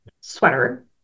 sweater